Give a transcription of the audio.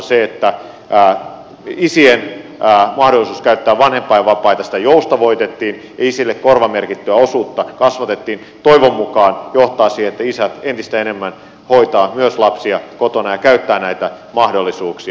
se että tämän vuoden alussa isien mahdollisuutta käyttää vanhempainvapaita joustavoitettiin ja isille korvamerkittyä osuutta kasvatettiin toivon mukaan johtaa siihen että isät entistä enemmän myös hoitavat lapsia kotona ja käyttävät näitä mahdollisuuksia